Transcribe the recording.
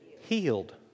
healed